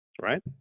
right